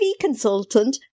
consultant